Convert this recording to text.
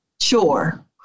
Sure